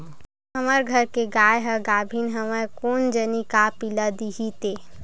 हमर घर के गाय ह गाभिन हवय कोन जनी का पिला दिही ते